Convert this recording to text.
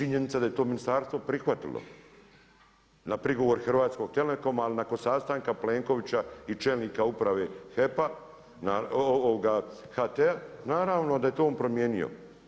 Činjenica da je to ministarstvo prihvatilo na prigovor Hrvatskog telekoma, ali nakon sastanka Plenkovića i čelnika Uprave HEP-a, HT-a naravno da je to on promijenio.